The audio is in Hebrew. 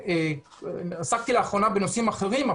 עסקתי לאחרונה בנושאים אחרים,